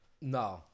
No